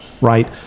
right